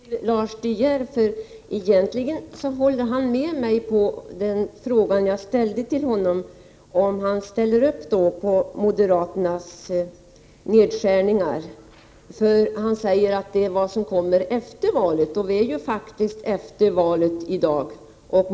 Fru talman! Jag kan kanske rikta ett tack till Lars De Geer, för egentligen håller han med mig när det gäller den fråga jag riktade till honom om huruvida han ställer sig bakom moderaternas nedskärningar. Han säger att det är något som man kommer till efter valet, och vi befinner oss ju faktiskt efter valet i dag.